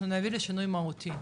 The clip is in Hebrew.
אנחנו נביא לשינוי מהותי.